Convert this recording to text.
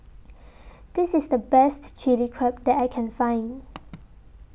This IS The Best Chilli Crab that I Can Find